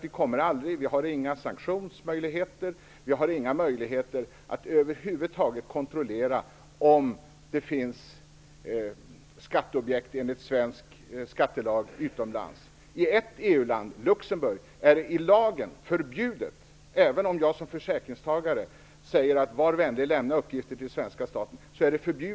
Vi har inte några sanktionsmöjligheter, och vi har över huvud taget inte några möjligheter att kontrollera om det finns skatteobjekt utomlands enligt svensk skattelag. I ett EU-land, Luxemburg, är det av integritetsskäl i lag förbjudet att lämna uppgifter, även om jag som försäkringstagare säger: Var vänlig lämna uppgifter till svenska staten.